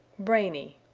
brainy.